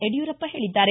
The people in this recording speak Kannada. ಯಡ್ಕೂರಪ್ಪ ಹೇಳಿದ್ದಾರೆ